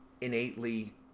innately